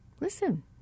Listen